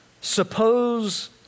suppose